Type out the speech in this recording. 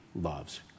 loves